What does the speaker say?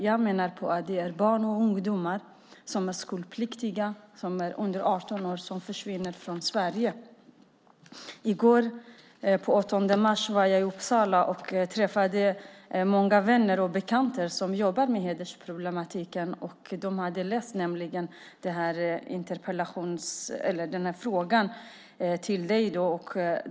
Jag menar att det handlar om barn och ungdomar som är skolpliktiga, som är under 18 år och som försvinner från Sverige. I går den 8 mars var jag i Uppsala och träffade många vänner och bekanta som jobbar med hedersproblematiken. De hade läst den här interpellationen.